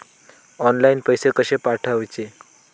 Online पैसे कशे पाठवचे?